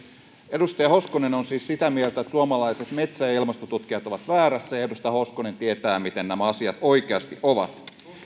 edustaja hoskonen on siis sitä mieltä että suomalaiset metsä ja ilmastotutkijat ovat väärässä ja edustaja hoskonen tietää miten nämä asiat oikeasti ovat